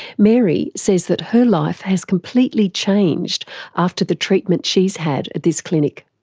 mary says that her life has completely changed after the treatment she's had at this clinic.